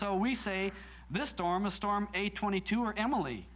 so we say the storm a storm a twenty two or emil